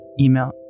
email